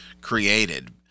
created